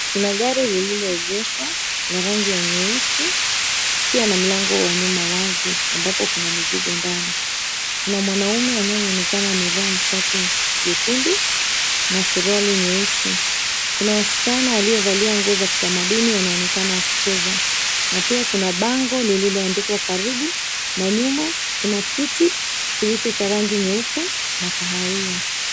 Kuna gari lililoegeshwa na rangi ya nyeusi ikiwa na mlango wa nyuma wazi, ambapo kuna mizigo ndani. Kuna mwanaume anayeonekana amevaa shati jekundu na suruali nyeusi. Kuna wasichana waliovalia nguo za kitamaduni wanaonekana wakicheza na pia kuna bango lililoandikwa, "Karibu", na nyuma kuna kiti kilicho cha rangi nyeupe na kahawia.